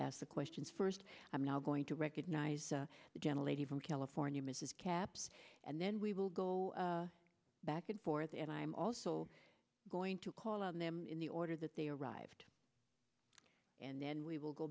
ask the questions first i'm now going to recognize the gentle lady from california mrs caps and then we will go back and forth and i'm also going to call on them in the order that they arrived and then we will go